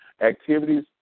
activities